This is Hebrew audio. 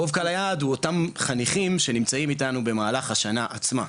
רוב קהל היעד הם אותם חניכים שנמצאים איתנו במהלך השנה עצמה,